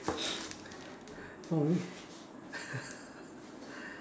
um